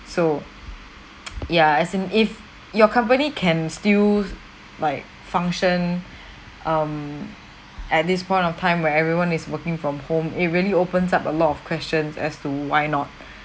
so ya as in if your company can still like function um at this point of time where everyone is working from home it really opens up a lot of questions as to why not